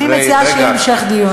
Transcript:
אני מציעה שיהיה המשך דיון.